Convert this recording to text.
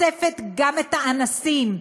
חושפת גם את האנסים,